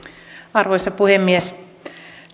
arvoisa puhemies